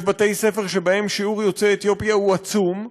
יש בתי-ספר שבהם שיעור יוצאי אתיופיה הוא עצום,